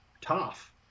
tough